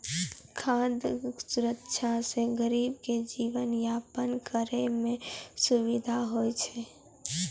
खाद सुरक्षा से गरीब के जीवन यापन करै मे सुविधा होय छै